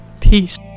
Peace